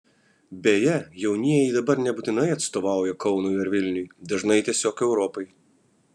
beje jaunieji dabar nebūtinai atstovauja kaunui ar vilniui dažnai tiesiog europai